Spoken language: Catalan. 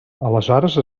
aleshores